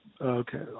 Okay